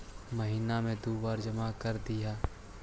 महिना मे दु बार जमा करदेहिय?